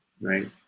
Right